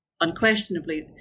Unquestionably